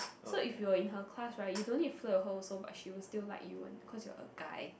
so if you're in her class right you don't need flirt her also but she will still like you one cause you're a guy